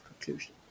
conclusion